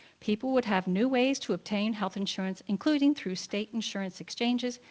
people would have new ways to obtain health insurance, including through state insurance exchanges,